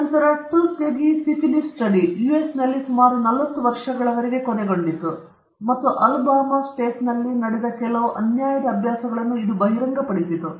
ನಂತರ Tuskegee syphilis study ಯುಎಸ್ನಲ್ಲಿ ಸುಮಾರು ನಲವತ್ತು ವರ್ಷಗಳವರೆಗೆ ಕೊನೆಗೊಂಡಿತು ಮತ್ತು ಅಲಬಾಮಾ ರಾಜ್ಯದಲ್ಲೇ ನಡೆದ ಕೆಲವು ಅನ್ಯಾಯದ ಅಭ್ಯಾಸಗಳನ್ನು ಇದು ಬಹಿರಂಗಪಡಿಸಿತು